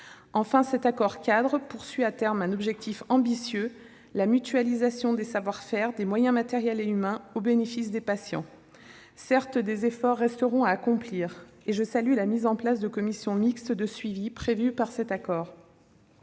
Enfin, cet accord-cadre a pour objectif ambitieux la mutualisation des savoir-faire, des moyens matériels et humains au bénéfice des patients. Certes, des efforts resteront à accomplir, et je salue la mise en place de commissions mixtes de suivi prévue par cet accord.